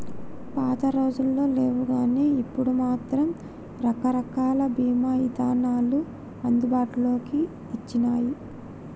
పాతరోజుల్లో లేవుగానీ ఇప్పుడు మాత్రం రకరకాల బీమా ఇదానాలు అందుబాటులోకి వచ్చినియ్యి